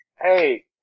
Hey